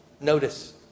notice